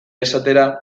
esatera